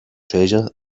treasure